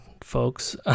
folks